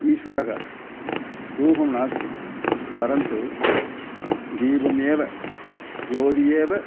ईश्वरः रूपं नास्ति परन्तु दीपमेव ज्योतिः एव